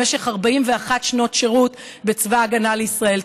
במשך 41 שנות שירות בצבא ההגנה לישראל.